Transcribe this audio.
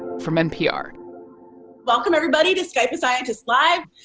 from npr welcome, everybody, to skype a scientist live.